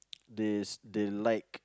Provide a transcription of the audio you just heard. they they like